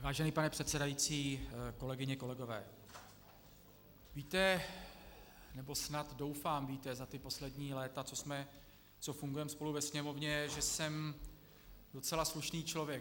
Vážený pane předsedající, kolegyně, kolegové, víte, nebo snad doufám za ta poslední léta, co fungujeme spolu ve Sněmovně, že jsem docela slušný člověk.